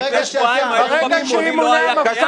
ברגע שאתם --- ברגע שנתניהו יחליט שנוח לו לעשות בחירות.